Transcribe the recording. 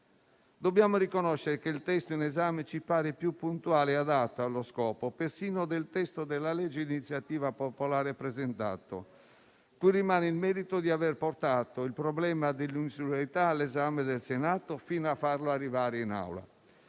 Dobbiamo riconoscere che il testo in esame ci pare più puntuale e adatto allo scopo persino del disegno di legge di iniziativa popolare presentato, cui rimane il merito di aver portato il problema dell'insularità all'esame del Senato fino a farlo arrivare all'esame